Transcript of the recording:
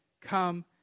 come